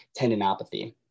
tendonopathy